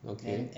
okay